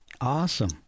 Awesome